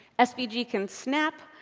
ah svg yeah can snap.